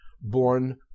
born